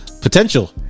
potential